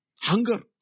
Hunger